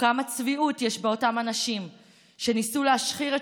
וכמה צביעות יש באותם אנשים שניסו להשחיר את